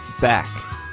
back